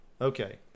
Okay